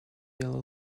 yellow